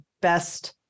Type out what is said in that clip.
best